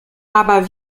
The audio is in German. aber